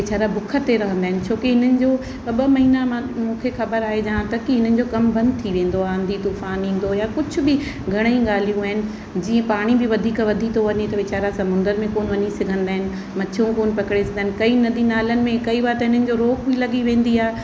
वेचारा बुख ते रहंदा आहिनि छोकी हिननि जो ॿ ॿ महीना मां मूंखे ख़बरु आहे जहां तक की हिननि जो कमु बंदि थी वेंदो आहे आंधी तूफान ईंदो या कुझु बि घणेईं ॻाल्हियूं आहिनि जीअं पाणी बि वधीक वधी थो वञे त वेचारा समुंदर में कोन वञी सघंदा आहिनि मछियूं कोन पकिड़े सघंदा आहिनि कई नदी नालनि में कई बार त हिननि जो रोक बि लॻी वेंदी आहे